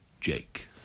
Jake